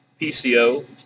PCO